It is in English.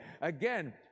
Again